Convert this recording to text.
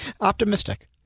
optimistic